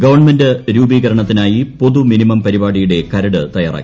government രൂപീകരണത്തിനായി പൊതുമിനിമം പരിപാടിയുടെ കരട് തയ്യാറാക്കി